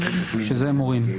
שזה מורין.